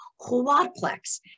quadplex